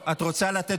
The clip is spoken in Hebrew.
אתה מנצל את הסמכות שלך.